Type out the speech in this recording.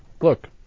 look